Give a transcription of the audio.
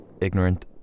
ignorant